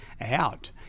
out